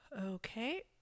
Okay